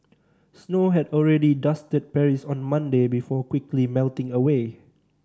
snow had already dusted Paris on Monday before quickly melting away